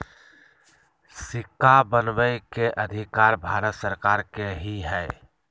सिक्का बनबै के अधिकार भारत सरकार के ही हइ